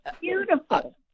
beautiful